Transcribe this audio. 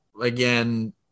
again